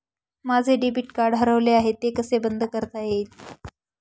माझे debit card हरवले आहे ते कसे बंद करता येईल?